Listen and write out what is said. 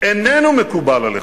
איננו מקובל עליכם.